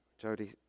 Jody